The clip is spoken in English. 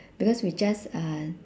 because we just uh